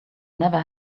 never